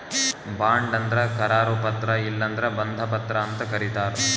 bond ಅಂದ್ರ ಕರಾರು ಪತ್ರ ಇಲ್ಲಂದ್ರ ಬಂಧ ಪತ್ರ ಅಂತ್ ಕರಿತಾರ್